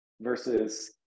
versus